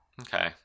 Okay